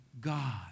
God